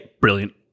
brilliant